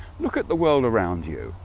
look at the world around you.